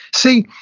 see,